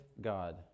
God